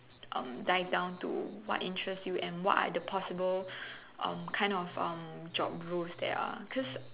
um die down to what interest you and what are the possible um kind of um job roles there are cause